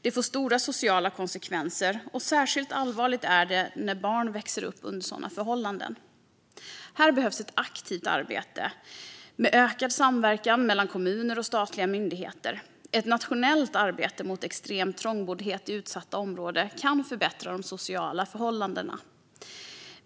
Det får stora sociala konsekvenser, och särskilt allvarligt är det när barn växer upp under sådana förhållanden. Här behövs ett aktivt arbete med ökad samverkan mellan kommuner och statliga myndigheter. Ett nationellt arbete mot extrem trångboddhet i utsatta områden kan förbättra de sociala förhållandena.